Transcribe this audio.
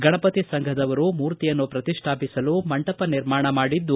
ಗಣಪತಿ ಸಂಘದವರು ಮೂರ್ತಿಯನ್ನು ಶ್ರತಿಷ್ಠಾಪಿಸಲು ಮಂಟಪ ನಿರ್ಮಾಣ ಮಾಡಿದ್ದು